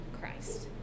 Christ